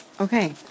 Okay